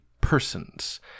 persons